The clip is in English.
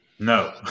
No